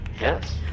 Yes